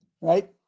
Right